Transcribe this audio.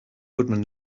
woodman